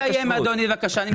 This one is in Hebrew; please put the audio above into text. תן לי לסיים אדוני, בבקשה.